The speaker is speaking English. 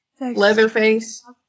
Leatherface